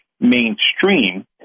mainstream